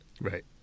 right